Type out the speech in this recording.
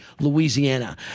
Louisiana